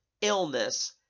illness